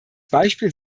beispiel